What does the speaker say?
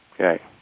Okay